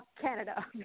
Canada